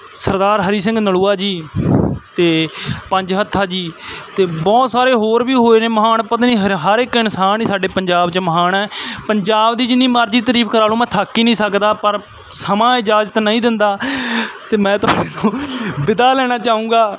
ਸਰਦਾਰ ਹਰੀ ਸਿੰਘ ਨਲੂਆ ਜੀ ਤੇ ਪੰਜ ਹੱਥਾਂ ਜੀ ਤੇ ਬਹੁਤ ਸਾਰੇ ਹੋਰ ਵੀ ਹੋਏ ਨੇ ਮਹਾਨ ਪਤਾ ਨਹੀਂ ਹਰ ਇੱਕ ਇਨਸਾਨ ਹੀ ਸਾਡੇ ਪੰਜਾਬ ਚ ਮਹਾਨ ਹੈ ਪੰਜਾਬ ਦੀ ਜਿੰਨੀ ਮਰਜ਼ੀ ਤਾਰੀਫ ਕਰਾ ਲਓ ਮੈਂ ਥੱਕ ਹੀ ਨਹੀਂ ਸਕਦਾ ਪਰ ਸਮਾਂ ਇਜਾਜ਼ਤ ਨਹੀਂ ਦਿੰਦਾ ਤੇ ਮੈਂ ਤਾਂ ਵਿਦਾ ਲੈਣਾ ਚਾਹੂੰਗਾ